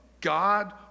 God